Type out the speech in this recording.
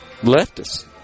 leftists